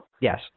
Yes